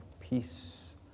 peace